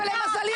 ולמזלי,